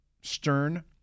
stern